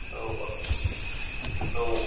औ औ